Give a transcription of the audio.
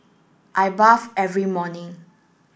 I bath every morning